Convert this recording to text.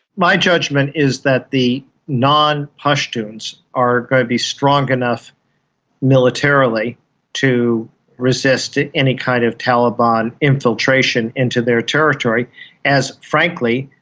my judgement is that the non-pashtuns are going to be strong enough militarily to resist any kind of taliban infiltration into their territory as, frankly,